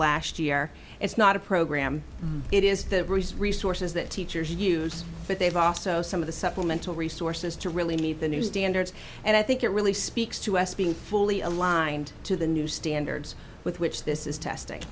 last year it's not a program it is the resources that teachers use but they've also some of the supplemental resources to really meet the new standards and i think it really speaks to us being fully aligned to the new standards with which this is testing